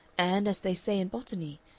and, as they say in botany,